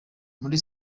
muri